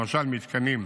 למשל מתקנים,